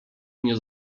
nie